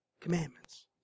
Commandments